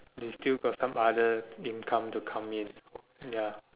they still got some other income to come in